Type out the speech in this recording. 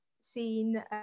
seen